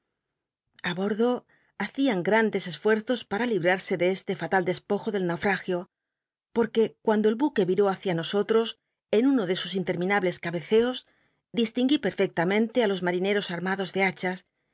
a bordo hacian grandes esfuerzos para librarse que cuando de este fatal despojo del naufragio por el buque vi hacia nosotros en uno de sus inler minables cabeceos distinguí perfect amente á los mariner os armados de hachas